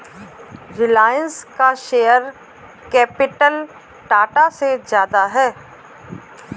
रिलायंस का share capital Tata से ज्यादा है